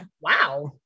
wow